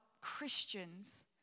Christians